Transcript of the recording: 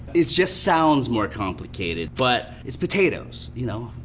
it's just sounds more complicated, but it's potatoes, you know,